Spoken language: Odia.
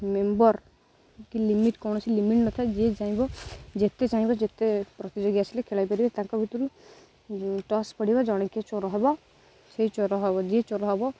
ମେମ୍ବର୍ କି ଲିମିଟ୍ କୌଣସି ଲିମିଟ୍ ନଥାଏ ଯିଏ ଚାହିଁବ ଯେତେ ଚାହିଁବ ଯେତେ ପ୍ରତିଯୋଗୀ ଆସିଲେ ଖେଳାଇ ପାରିବେ ତାଙ୍କ ଭିତରେ ଟସ୍ ପଡ଼ିବ ଜଣେକି ଚୋର ହେବ ସେଇ ଚୋର ହେବ ଯିଏ ଚୋର ହେବ